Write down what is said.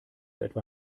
etwa